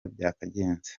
byakagenze